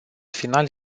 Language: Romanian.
final